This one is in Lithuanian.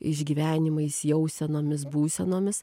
išgyvenimais jausenomis būsenomis